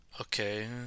okay